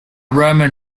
roman